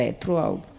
throughout